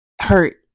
hurt